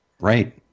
Right